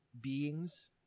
beings